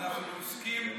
אנחנו עוסקים הרבה,